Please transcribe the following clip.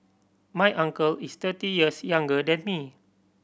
my uncle is thirty years younger than me